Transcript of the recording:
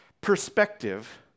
perspective